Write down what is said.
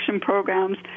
programs